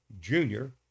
Junior